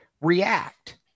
react